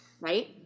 right